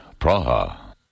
Praha